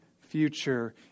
future